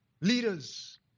leaders